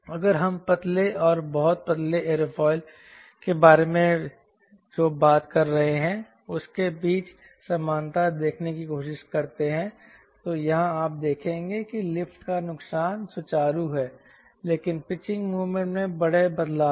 अगर हम पतले और बहुत पतले एयरफॉइल के बारे में जो बात कर रहे हैं उसके बीच समानता देखने की कोशिश करते हैं तो यहां आप देखेंगे कि लिफ्ट का नुकसान सुचारू है लेकिन पिचिंग मोमेंट में बड़े बदलाव है